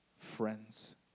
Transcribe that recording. friends